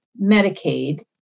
Medicaid